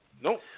Nope